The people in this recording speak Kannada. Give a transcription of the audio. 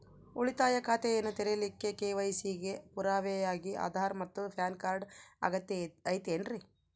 ಉಳಿತಾಯ ಖಾತೆಯನ್ನ ತೆರಿಲಿಕ್ಕೆ ಕೆ.ವೈ.ಸಿ ಗೆ ಪುರಾವೆಯಾಗಿ ಆಧಾರ್ ಮತ್ತು ಪ್ಯಾನ್ ಕಾರ್ಡ್ ಅಗತ್ಯ ಐತೇನ್ರಿ?